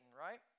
right